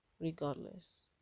regardless